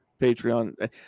Patreon